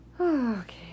Okay